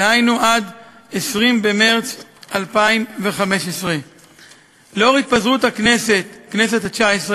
דהיינו עד 20 במרס 2015. לאור התפזרות הכנסת התשע-עשרה,